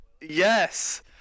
Yes